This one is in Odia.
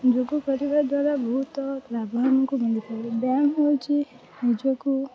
ଯୋଗ କରିବା ଦ୍ୱାରା ବହୁତ ଲାଭ ଆମକୁ ମିଳିଥାଏ ବ୍ୟାୟାମ ହେଉଛି ନିଜକୁ